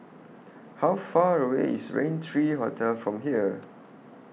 How Far away IS Raintr three Hotel from here